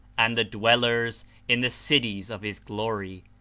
and the dwellers in the cities of his glory,